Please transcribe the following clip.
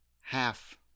half